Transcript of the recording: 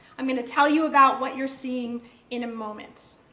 i'm going to tell you about what you're seeing in a moment.